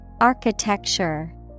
Architecture